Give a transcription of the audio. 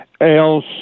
else